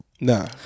Nah